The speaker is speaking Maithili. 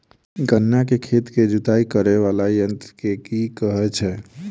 गन्ना केँ खेत केँ जुताई करै वला यंत्र केँ की कहय छै?